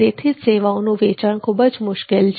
તેથી જ સેવાઓનું વેચાણ ખૂબ જ મુશ્કેલ છે